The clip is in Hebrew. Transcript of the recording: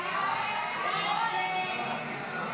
הסתייגות 56 לא נתקבלה.